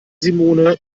simone